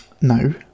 No